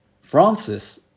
Francis